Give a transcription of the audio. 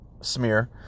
smear